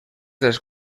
dels